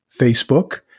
Facebook